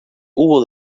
hubo